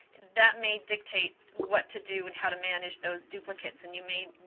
that may dictate what to do and how to manage those duplicates. and you may,